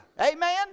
Amen